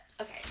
okay